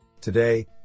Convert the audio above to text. today